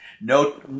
no